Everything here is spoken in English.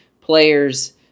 players